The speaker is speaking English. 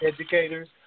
educators